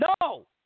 No